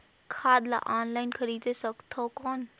खाद ला ऑनलाइन खरीदे सकथव कौन?